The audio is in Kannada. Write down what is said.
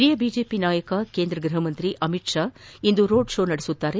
ಹಿರಿಯ ಬಿಜೆಪಿ ನಾಯಕ ಕೇಂದ್ರ ಗೃಹ ಸಚಿವ ಅಮಿತ್ ಷಾ ಇಂದು ರೋಡ್ ಶೋ ನಡೆಸಲಿದ್ದಾರೆ